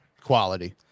quality